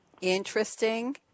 Interesting